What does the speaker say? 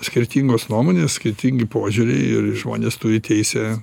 skirtingos nuomonės skirtingi požiūriai ir žmonės turi teisę